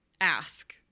ask